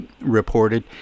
reported